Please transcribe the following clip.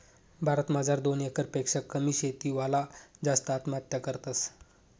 भारत मजार दोन एकर पेक्शा कमी शेती वाला जास्त आत्महत्या करतस